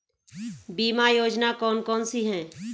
बीमा योजना कौन कौनसी हैं?